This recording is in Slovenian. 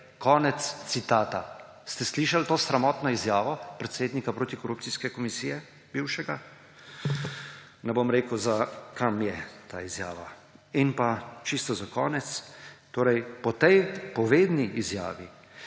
Konec citata. Ste slišali to sramotno izjavo bivšega predsednika protikorupcijske komisije? Ne bom rekel, za kam je ta izjava. In pa čisto za konec, po tej povedni izjavi